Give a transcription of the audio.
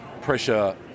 pressure